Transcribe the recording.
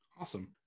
Awesome